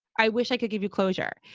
i wish i could give you closure.